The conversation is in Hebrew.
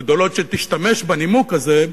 הגדולות, שתשתמש בנימוק הזה.